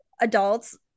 adults